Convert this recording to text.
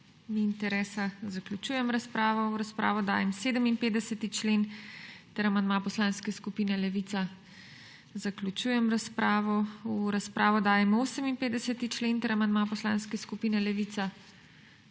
Ni interesa, zaključujem razpravo. V razpravo dajem 57. člen ter amandma Poslanske skupine Levica. Zaključujem razpravo. V razpravo dajem 58. člen ter amandma Poslanske skupine Levica.